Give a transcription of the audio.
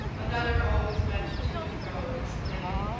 another always went to and fro, exclaiming,